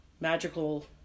magical